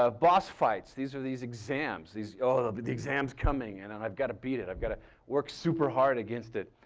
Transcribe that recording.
ah boss fights, these are these exams. this, oh ah the the exam's coming and and i've got to beat it, i've got to work super hard against it.